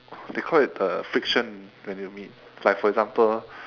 they call it the friction that you mean like for example